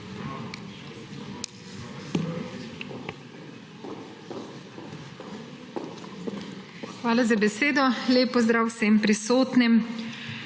Hvala za besedo. Lep pozdrav vsem prisotnim!